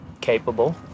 capable